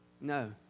No